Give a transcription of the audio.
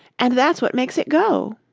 and that's what makes it go.